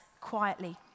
quietly